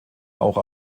auch